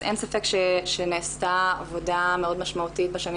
אז אין ספק שנעשתה עבודה מאוד משמעותית בשנים